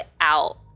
out